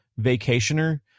vacationer